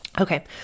Okay